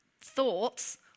thoughts